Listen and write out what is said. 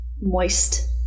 Moist